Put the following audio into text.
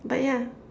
but yeah